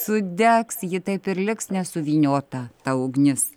sudegs ji taip ir liks nesuvyniota ta ugnis